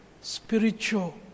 spiritual